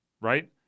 right